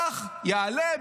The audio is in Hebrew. כך יעלה,